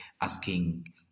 asking